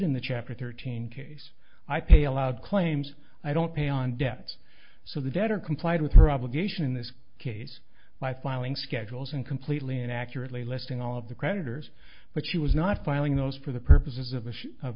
in the chapter thirteen case i pay allowed claims i don't pay on debts so the debtor complied with her obligation in this case by filing schedules and completely and accurately listing all of the creditors but she was not filing those for the purposes of